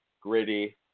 gritty